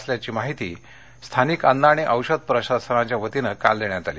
असल्याची माहिती स्थानिक अन्न आणि औषध प्रशासनाच्या वतीनं काल देण्यात आली